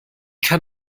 kann